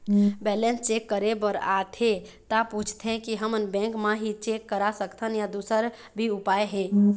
Balance check करे बर आथे ता पूछथें की हमन बैंक मा ही चेक करा सकथन या दुसर भी उपाय हे?